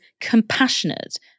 compassionate